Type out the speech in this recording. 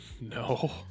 No